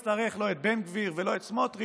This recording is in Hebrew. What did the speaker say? הוא כבר לא יצטרך לא את בן גביר ולא את סמוטריץ',